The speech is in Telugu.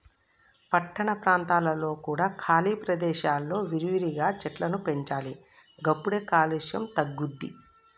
పట్టణ ప్రాంతాలలో కూడా ఖాళీ ప్రదేశాలలో విరివిగా చెట్లను పెంచాలి గప్పుడే కాలుష్యం తగ్గుద్ది